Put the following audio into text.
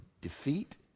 defeat